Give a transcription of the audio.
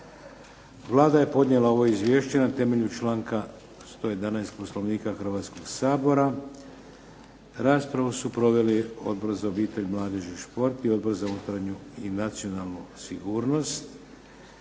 Vlada je podnijela ovo izvješće na temelju članka 111. Poslovnika Hrvatskog sabora. Raspravu su proveli Odbor za obitelj, mladež i šport i Odbor za unutarnju i nacionalnu sigurnost.